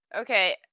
Okay